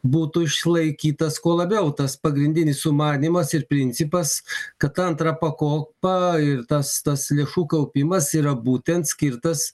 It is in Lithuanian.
būtų išlaikytas kuo labiau tas pagrindinis sumanymas ir principas kad ta antra pakopa ir tas tas lėšų kaupimas yra būtent skirtas